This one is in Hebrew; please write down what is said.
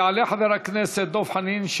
יעלה חבר הכנסת דב חנין,